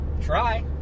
Try